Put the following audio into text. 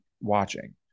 watching